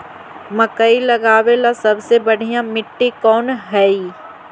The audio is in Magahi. मकई लगावेला सबसे बढ़िया मिट्टी कौन हैइ?